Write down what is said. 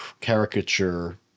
caricature